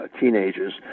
teenagers